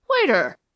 waiter